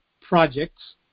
projects